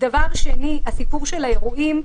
דבר שני, הסיפור של האירועים.